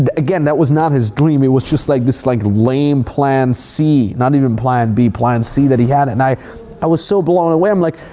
again, that was not his dream. it was just like this like lame plan c, not even plan b, plan c that he had. and i i was so blown away. i'm like,